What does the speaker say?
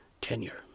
tenure